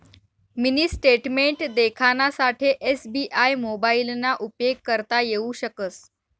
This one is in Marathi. मिनी स्टेटमेंट देखानासाठे एस.बी.आय मोबाइलना उपेग करता येऊ शकस